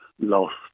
lost